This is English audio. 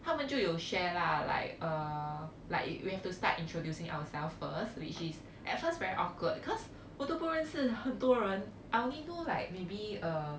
他们就有 share lah like uh like we have to start introducing ourselves first which is at first very awkward cause 我都不认识很多人 I only know like maybe uh